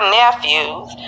nephews